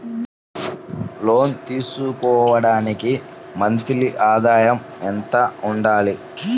లోను తీసుకోవడానికి మంత్లీ ఆదాయము ఎంత ఉండాలి?